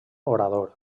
orador